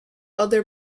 other